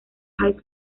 high